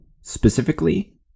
specifically